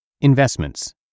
Investments